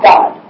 God